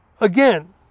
again